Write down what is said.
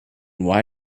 why